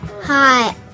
Hi